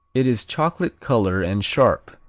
it is chocolate-color and sharp,